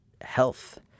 health